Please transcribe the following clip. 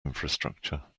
infrastructure